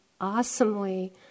awesomely